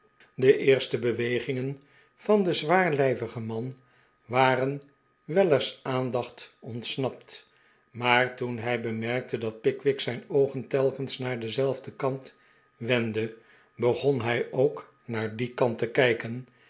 de eerste bewegingen van den zwaarlijvigen man war en weller's aandacht onts'napt maar toen hij bemerkte dat pickwick zijn oogen telkens naar denzelfden kant wendde begon hij ook naar dien kant te kijken